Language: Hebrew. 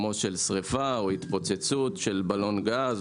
כמו של שריפה או פיצוץ בלון גז,